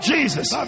Jesus